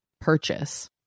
purchase